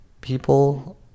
people